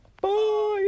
Bye